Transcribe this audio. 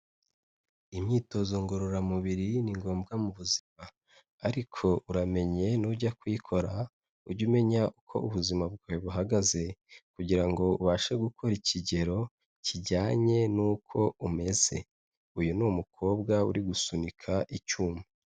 Imyitozo ngororamubiri ni ngombwa mu buzima ariko uramenye n'ujya kuyikora ujye umenya uko ubuzima bwawe buhagaze kugirango ubashe gukora ikigero kijyanye n'uko umeze, uyu ni umukobwa uri gusunika icyuma.